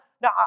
now